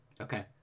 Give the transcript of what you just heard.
Okay